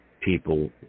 people